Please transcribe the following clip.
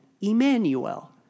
Emmanuel